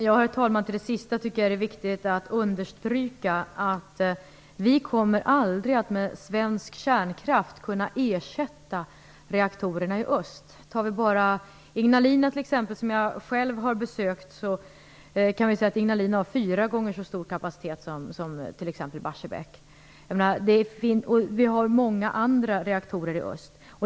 Herr talman! När det gäller det sista tycker jag att det är viktigt att understryka att vi aldrig kommer att kunna ersätta reaktorerna i öst med svensk kärnkraft. Ignalina, som jag själv har besökt, har fyra gånger så stor kapacitet som t.ex. Barsebäck, och det finns många andra kärnkraftverk i öst.